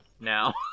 now